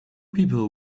people